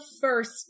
first